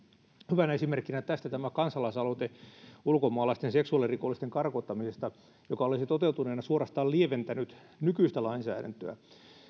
hyvänä esimerkkinä tästä on tämä kansalaisaloite ulkomaalaisten seksuaalirikollisten karkottamisesta joka olisi toteutuessaan suorastaan lieventänyt nykyistä lainsäädäntöä